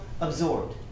absorbed